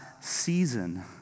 season